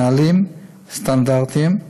נהלים, סטנדרטים,